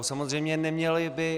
Samozřejmě neměly by.